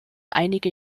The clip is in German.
einige